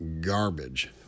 garbage